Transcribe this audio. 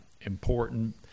important